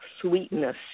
sweetness